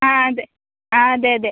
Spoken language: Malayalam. ആ അതെ ആ അതെ അതെ